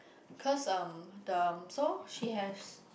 cause um the so she has